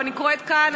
אני קוראת כאן,